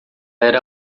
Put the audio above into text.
era